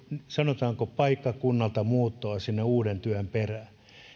paikkakunnalta muuttoa uuden työn perään